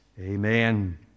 Amen